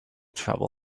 trouble